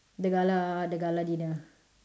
the gala the gala dinner